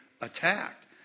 attacked